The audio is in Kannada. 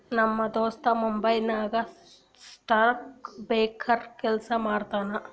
ನಮ್ ದೋಸ್ತ ಮುಂಬೈ ನಾಗ್ ಸ್ಟಾಕ್ ಬ್ರೋಕರ್ ಕೆಲ್ಸಾ ಮಾಡ್ತಾನ